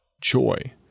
joy